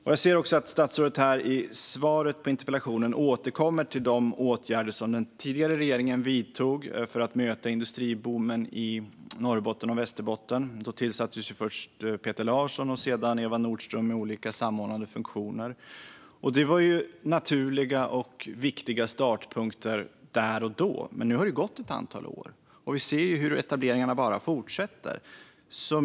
I sitt svar på interpellationen återkom statsrådet till de åtgärder som den tidigare regeringen vidtog för att möta industriboomen i Norrbotten och Västerbotten. Först tillsattes Peter Larsson och sedan Eva Nordström i olika samordnande funktioner. Detta var naturliga och viktiga startpunkter där och då. Nu har det dock gått ett antal år, och vi ser ju hur etableringarna bara fortsätter.